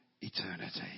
eternity